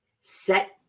set